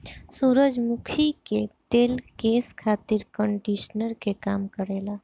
सूरजमुखी के तेल केस खातिर कंडिशनर के काम करेला